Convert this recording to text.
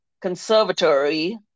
Conservatory